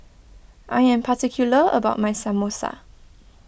I am particular about my Samosa